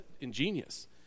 ingenious